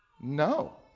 No